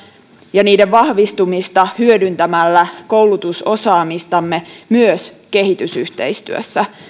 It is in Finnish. ja niiden vahvistumista hyödyntämällä koulutusosaamistamme myös kehitysyhteistyössä